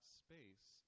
space